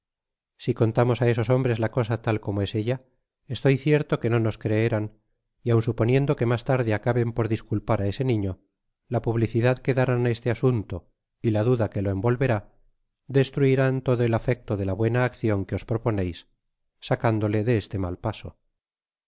si contamos á esos hombres la cosa tal como ella es estoy cierto que no nos creerán y aun suponiendo que mas tarde acaben por disculpar á ese niño la publicidad que darán á este asunto y la duda que lo envolverá destruirán todo el afecto de la buena accion que os proponeis sacándole de este mal paso